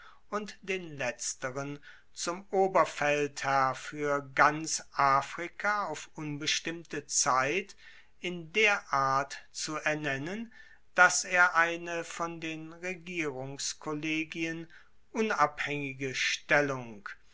und den letzteren zum oberfeldherrn fuer ganz afrika auf unbestimmte zeit in der art zu ernennen dass er eine von den regierungskollegien unabhaengige stellung